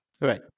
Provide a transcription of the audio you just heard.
Right